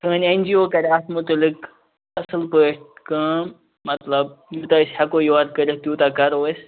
سٲنٛۍ N G O کَرِ اتھ مُتعلِق اصٕل پٲٹھۍ کٲم مَطلَب یوٗتاہ أسۍ ہیٚکو یورٕ کٔرِتھ تیوتاہ کرو أسۍ